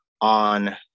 on